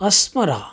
Asmara